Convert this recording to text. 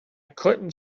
couldn’t